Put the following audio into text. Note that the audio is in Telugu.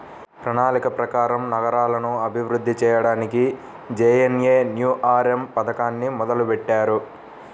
ప్రణాళిక ప్రకారం నగరాలను అభివృద్ధి చెయ్యడానికి జేఎన్ఎన్యూఆర్ఎమ్ పథకాన్ని మొదలుబెట్టారు